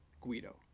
guido